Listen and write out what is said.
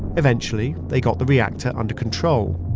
eventually, they got the reactor under control,